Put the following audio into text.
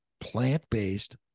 plant-based